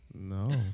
No